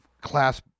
class